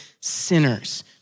sinners